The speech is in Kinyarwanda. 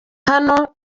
naho